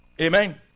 Amen